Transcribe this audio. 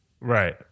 Right